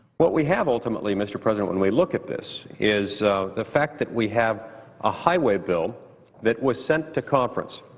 what we have ultimately, mr. president, when we look at this is the fact that we have a highway bill that was sent to conference,